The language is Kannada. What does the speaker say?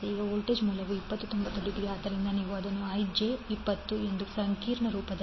ಈಗ ವೋಲ್ಟೇಜ್ ಮೂಲವು 20∠90° ಆದ್ದರಿಂದ ನೀವು ಅದನ್ನು j20 ಎಂದು ಸಂಕೀರ್ಣ ರೂಪದಲ್ಲಿ ಬರೆಯಬಹುದು